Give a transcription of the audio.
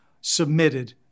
submitted